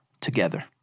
together